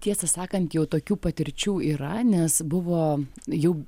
tiesą sakant jau tokių patirčių yra nes buvo jų